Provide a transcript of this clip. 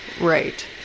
right